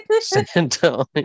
Santa